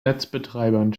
netzbetreibern